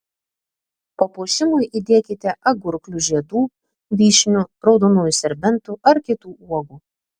papuošimui įdėkite agurklių žiedų vyšnių raudonųjų serbentų ar kitų uogų